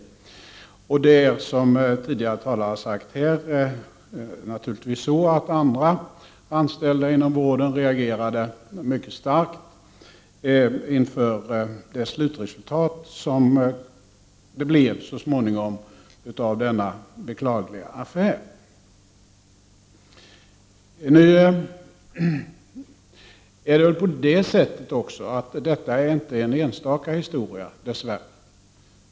Som de tidigare talarna har sagt, reagerade naturligtvis andra anställda inom vården mycket starkt inför det slutresultat som denna beklagliga affär så småningom fick. Dess värre är detta inte någon enstaka historia.